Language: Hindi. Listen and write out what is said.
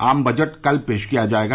आम बजट कल पेश किया जाएगा